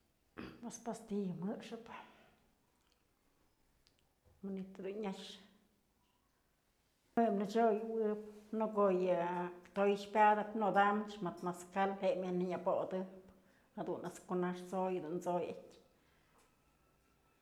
Pues pastilla jëxëp manytë dun nyax, juë nëchyoyëwëb në ko'o yë toy pyadëp nodamchë mëd mezcal je'e myaj nënyëbodëp jadun ëjt's kunax t'soy dun t'soyatyë.